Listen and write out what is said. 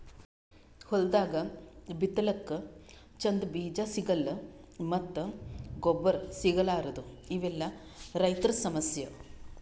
ಹೊಲ್ದಾಗ ಬಿತ್ತಲಕ್ಕ್ ಚಂದ್ ಬೀಜಾ ಸಿಗಲ್ಲ್ ಮತ್ತ್ ಗೊಬ್ಬರ್ ಸಿಗಲಾರದೂ ಇವೆಲ್ಲಾ ರೈತರ್ ಸಮಸ್ಯಾ